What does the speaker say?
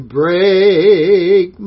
break